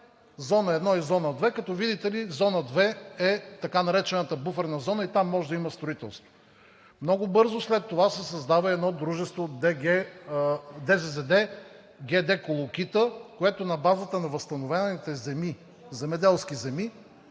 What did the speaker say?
зона 1 и зона 2, като видите ли, зона 2 е така наречената буферна зона и там може да има строителство. Много бързо след това се създава едно дружество ДЗЗД „ГД Колокита“, което на базата на възстановените земеделски земи,